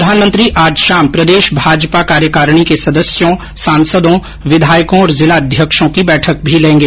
प्रधानमंत्री आज शाम प्रदेश भाजपा कार्यकारिणी के सदस्यों सांसदों विधायकों और जिला अध्यक्षों की बैठक भी लेंगे